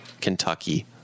Kentucky